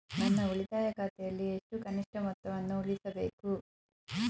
ನನ್ನ ಉಳಿತಾಯ ಖಾತೆಯಲ್ಲಿ ಎಷ್ಟು ಕನಿಷ್ಠ ಮೊತ್ತವನ್ನು ಉಳಿಸಬೇಕು?